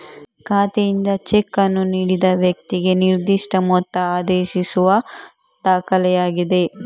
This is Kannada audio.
ಖಾತೆಯಿಂದ ಚೆಕ್ ಅನ್ನು ನೀಡಿದ ವ್ಯಕ್ತಿಗೆ ನಿರ್ದಿಷ್ಟ ಮೊತ್ತ ಆದೇಶಿಸುವ ದಾಖಲೆಯಾಗಿದೆ